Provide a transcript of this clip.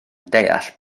deall